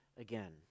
again